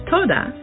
Toda